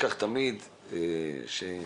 תמיד כאשר פנינו,